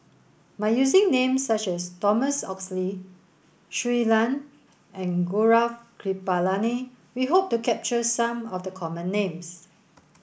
by using names such as Thomas Oxley Shui Lan and Gaurav Kripalani we hope to capture some of the common names